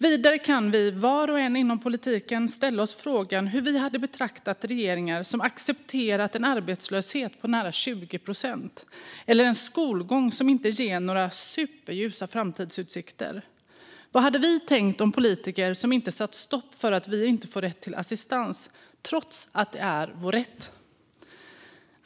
Var och en av oss inom politiken kan ställa oss frågan hur vi hade betraktat regeringar som accepterat en arbetslöshet på nära 20 procent eller en skolgång som inte ger några superljusa framtidsutsikter. Vad hade vi tänkt om politiker som inte satt stopp för att man inte får rätt till assistans trots att det är ens rätt?